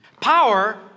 Power